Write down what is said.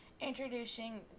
introducing